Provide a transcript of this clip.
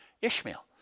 Ishmael